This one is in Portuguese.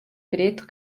preto